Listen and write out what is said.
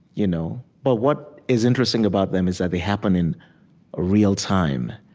you know but what is interesting about them is that they happen in real time.